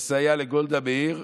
לסייע לגולדה מאיר,